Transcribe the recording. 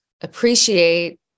appreciate